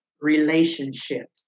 relationships